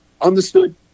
Understood